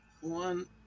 one